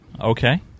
Okay